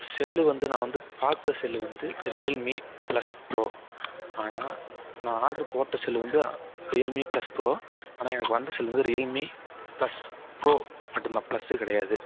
cell வந்து நான் வந்து பார்த்த செல்லு வந்து ரியல்மி பிளஸ் ப்ரோ ஆனால் நான் ஆர்டர் போட்ட செல்லு வந்து ரியல்மி பிளஸ் ப்ரோ ஆனால் எனக்கு வந்த செல்லு ரியல்மி பிளஸ் ப்ரோ மட்டுந்தான் பிளஸு கிடையாது